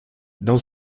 dans